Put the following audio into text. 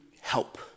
help